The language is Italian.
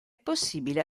possibile